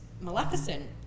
Maleficent